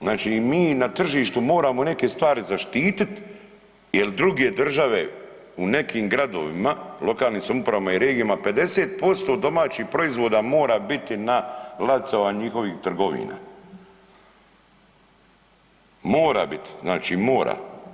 Znači mi na tržištu moramo neke stvari zaštitit jer druge države u nekom gradovima, lokalnim samoupravama i regijama 50% domaćih proizvoda mora biti na ladicama njihovih trgovina, mora biti, znači mora.